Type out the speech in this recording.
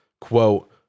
Quote